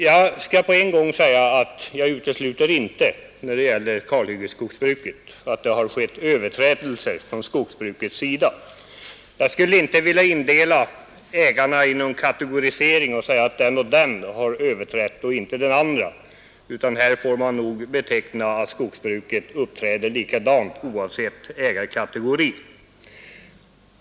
Jag vill omedelbart säga att jag inte utesluter att det förekommer övertramp när det gäller kalhyggesskogsbruket. Jag skulle inte heller vilja göra någon kategorisering av ägarna och säga att den ena gruppen har gjort övertramp och inte den andra, utan jag vill hävda att man inom skogsbruket har uppträtt lika illa oavsett ägarkategori.